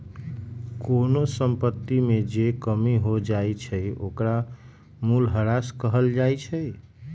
कोनो संपत्ति में जे कमी हो जाई छई ओकरा मूलहरास कहल जाई छई